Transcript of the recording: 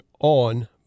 on